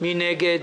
מי נגד?